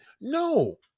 No